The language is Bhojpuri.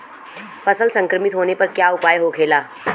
फसल संक्रमित होने पर क्या उपाय होखेला?